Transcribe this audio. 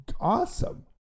awesome